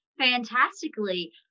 fantastically